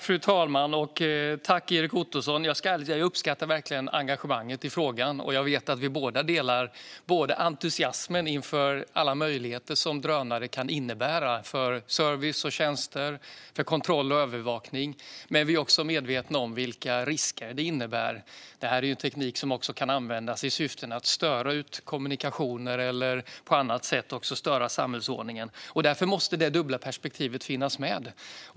Fru talman! Erik Ottoson! Jag ska ärligt säga att jag verkligen uppskattar engagemanget i frågan. Jag vet att vi båda delar entusiasmen inför alla möjligheter som drönare kan innebära för service och tjänster samt för kontroll och övervakning. Men vi är också medvetna om vilka risker detta innebär. Det är en teknik som kan användas i syfte att störa kommunikationer eller på annat sätt störa samhällsordningen. Därför måste det dubbla perspektivet finnas med.